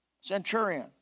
Centurion